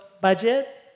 budget